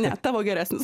ne tavo geresnis